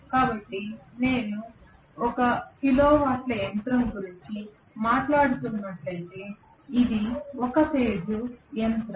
కాబట్టి నేను 1 కిలోవాట్ల యంత్రం గురించి మాట్లాడుతున్నట్లయితే ఇది ఒకే ఫేజ్ యంత్రం